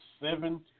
seven